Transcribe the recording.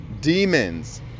demons